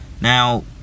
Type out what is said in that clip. Now